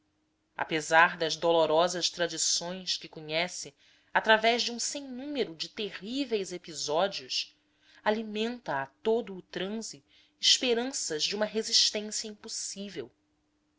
apesar das dolorosas tradições que conhece através de um sem número de terríveis episódios alimenta a todo o transe esperanças de uma resistência impossível